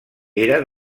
era